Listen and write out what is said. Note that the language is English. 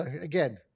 again